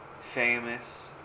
famous